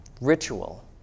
ritual